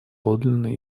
подлинный